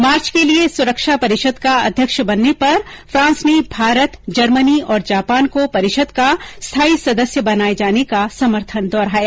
मार्च के लिए सुरक्षा परिषद को अध्यक्ष बनने पर फ्रांस ने भारत जर्मनी और जापान को परिषद का स्थायी सदस्य बनाए जाने का समर्थन दोहराया